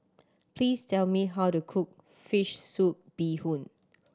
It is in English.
please tell me how to cook fish soup bee hoon